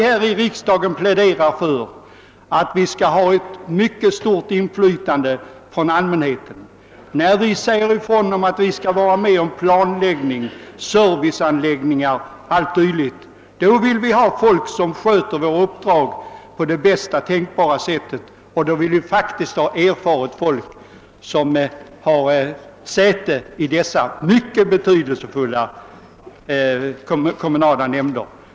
Här i riksdagen pläderar vi för att allmänheten skall ha ett mycket stort inflytande och säger ifrån, att den skall vara med om planläggning av serviceanläggningar o.d. Då vill vi ha folk som sköter uppdragen på bästa möjliga sätt; vi vill faktiskt att erfaret folk skall ha säte i dessa mycket betydelsefulla kommunala nämnder.